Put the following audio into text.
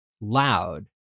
loud